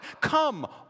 Come